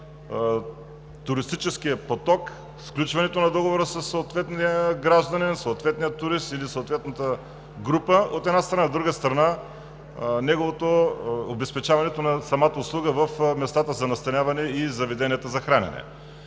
туристическия поток, сключването на договор със съответния гражданин, съответния турист или съответната група, от една страна, а от друга страна, обезпечаването на самата услуга в местата за настаняване и заведенията за хранене.